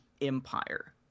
Empire